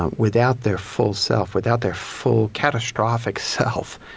ah without their full self, without their full, catastrophic self,